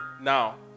Now